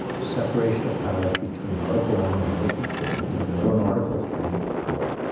separation of powers between article one and article two and they go to an article three court,